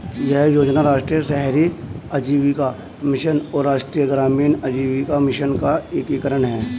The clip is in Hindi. यह योजना राष्ट्रीय शहरी आजीविका मिशन और राष्ट्रीय ग्रामीण आजीविका मिशन का एकीकरण है